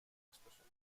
expression